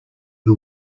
who